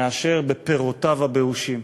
מאשר בפירותיו הבאושים.